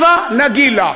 הבה נגילה.